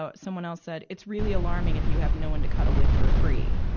ah someone else said, it's really alarming if you have no one to cuddle with for free.